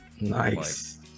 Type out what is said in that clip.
nice